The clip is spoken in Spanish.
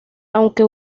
aunque